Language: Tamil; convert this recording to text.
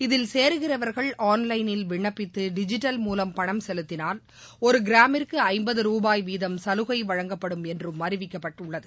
இதில் சேருகிறவர்கள் ஆன்லைனில் விண்ணப்பித்துடிஜிட்டல் மூலம் பணம் செலுத்தினால் ஒருகிராமிற்குறம்பது ரூபாய் வீதம் சலுகைவழங்கப்படும் என்றும் அறிவிக்கப்பட்டுள்ளது